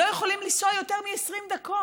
ולא יכולים לנסוע יותר מ-20 דקות.